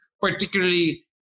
particularly